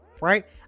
right